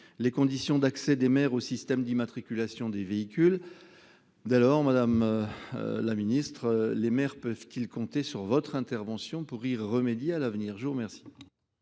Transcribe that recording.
les conditions d’accès des maires au système d’immatriculation des véhicules. Madame la secrétaire d’État, les maires peuvent-ils compter sur votre intervention pour y remédier ? La